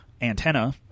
antenna